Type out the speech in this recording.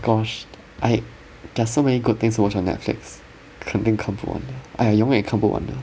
gosh I there are so many good things to watch on netflix 肯定看不完的 !aiya! 永远看不完的